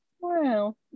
wow